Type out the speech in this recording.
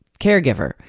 caregiver